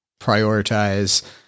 prioritize